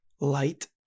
light